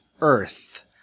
Earth